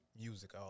music